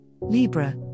Libra